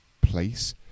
place